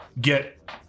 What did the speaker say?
get